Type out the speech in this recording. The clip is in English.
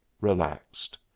relaxed